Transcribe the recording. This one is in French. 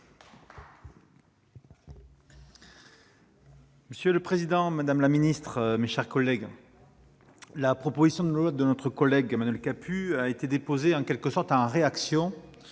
Monsieur le président, madame la ministre, mes chers collègues, la proposition de loi d'Emmanuel Capus a été déposée en quelque sorte en réaction